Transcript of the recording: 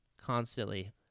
constantly